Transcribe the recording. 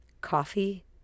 coffee